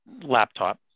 laptop